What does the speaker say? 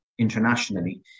internationally